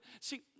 see